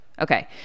Okay